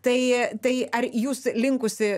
tai tai ar jūs linkusi